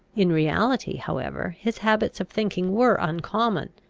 in reality however his habits of thinking were uncommon,